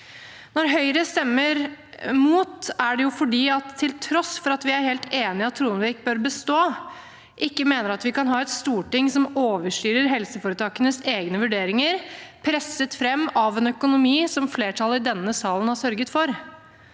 Når Høyre stemmer imot, er det fordi vi – til tross for at vi er helt enig i at Tronvik bør bestå – ikke mener at vi kan ha et storting som overstyrer helseforetakenes egne vurderinger, presset fram av en økonomi som flertallet i denne salen har sørget for.